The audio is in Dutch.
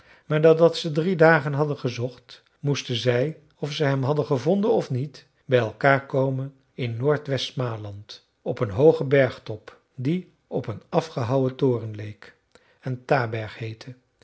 maar nadat ze drie dagen hadden gezocht moesten zij of ze hem hadden gevonden of niet bij elkaar komen in noord-west smaland op een hoogen bergtop die op een afgehouwen toren leek en taberg